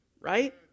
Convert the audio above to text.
right